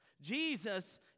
Jesus